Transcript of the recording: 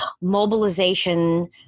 mobilization